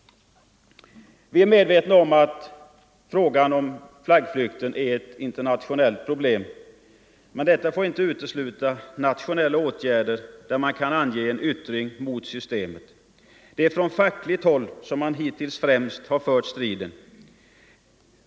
Vi är medvetna om att frågan om flaggflykten är ett internationellt problem, men detta får inte utesluta nationella åtgärder, där man kan avge en opinionsyttring mot systemet. Det är från fackligt håll som man hittills har fört striden.